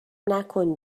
نکن